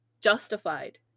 justified